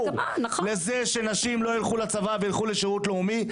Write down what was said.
לזה שנשים לא ילכו לצבא וילכו לשירות לאומי,